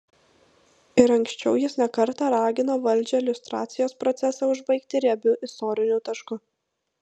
ir anksčiau jis ne kartą ragino valdžią liustracijos procesą užbaigti riebiu istoriniu tašku